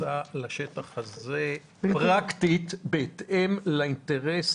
התייחסה לשטח הזה פרקטית בהתאם לאינטרס